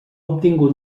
obtingut